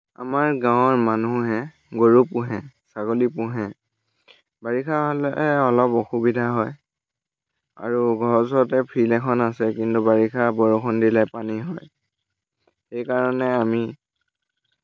আমাৰ গাঁৱৰ মানুহে গৰু পোহে ছাগলী পোহে বাৰিষা হ'লে অলপ অসুবিধা হয় আৰু ঘৰৰ ওচৰতে ফিল্ড এখন আছে কিন্তু বাৰিষা হ'লে পানী হয় সেইকাৰণে আমি